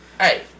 Hey